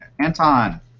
Anton